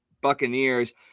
Buccaneers